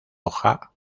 hoja